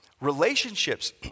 Relationships